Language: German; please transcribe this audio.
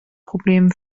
problem